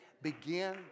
Begin